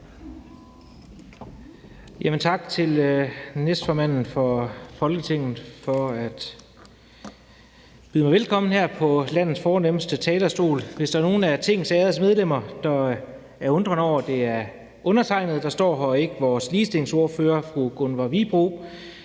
Tak til næstformanden for Folketinget for at byde mig velkommen her på landets fornemste talerstol. Hvis der er nogen af Tingets ærede medlemmer, der er undrende over, at det er undertegnede, der står her, og ikke vores ligestillingsordfører, fru Gunvor Wibroe,